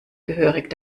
gehörig